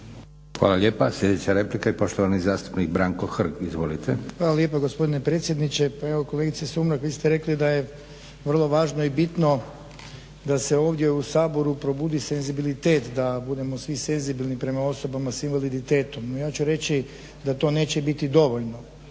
Hvala lijepa. Sljedeća replika i poštovani zastupnik Branko Hrg. Izvolite. **Hrg, Branko (HSS)** Hvala lijepa gospodine predsjedniče. Pa evo kolegice Sumrak vi ste rekli da je vrlo važno i bitno da se ovdje u Saboru probudi senzibilitet da budemo svi senzibilni prema osobama s invaliditetom. No ja ću reći da to neće biti dovoljno.